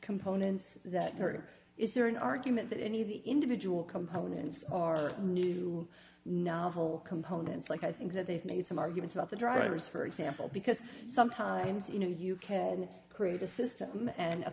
components that there is there an argument that any of the individual components are new novel components like i think that they've made some arguments about the drivers for example because sometimes you know you can create a system and